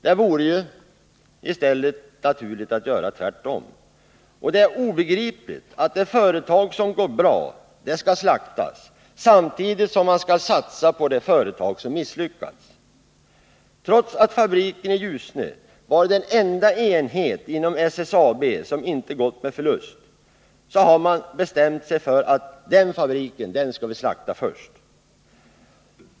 Det vore i stället naturligt att göra tvärtom. Det är obegripligt att det företag som går bra skall slaktas, samtidigt som man skall satsa på det företag som misslyckats. Trots att fabriken i Ljusne varit den enda enhet inom SSAB som inte gått med förlust har man bestämt sig för att den fabriken skall slaktas först.